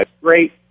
great